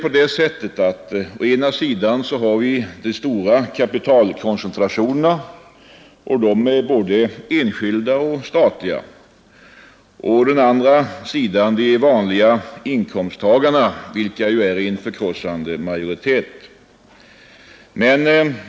Å ena sidan har vi de stora kapitalkoncentrationerna — både enskilda och statliga — och å den andra de vanliga inkomsttagarna vilka ju är i förkrossande majoritet.